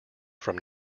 from